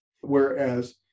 whereas